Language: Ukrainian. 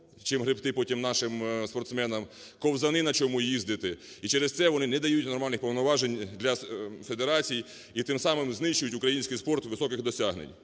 чим гребти потім нашим спортсменам, ковзани, на чому їздити, і через це вони не дають нормальних повноважень для федерацій і тим самим знищують український спорт у високих досягнень.